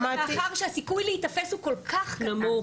מאחר שהסיכוי להיתפס הוא כל כך קטן,